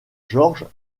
georges